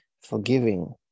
forgiving